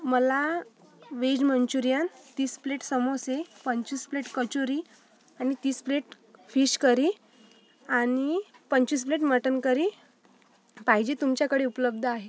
मला veg manchurian तीस plate समोसे पंचवीस प्लेट कचोरी आणि तीस प्लेट फिश करी आणि पंचवीस प्लेट मटण करी पाहिजे तुमच्याकडे उपलब्ध आहे